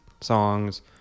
songs